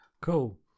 Cool